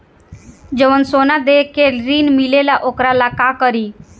जवन सोना दे के ऋण मिलेला वोकरा ला का करी?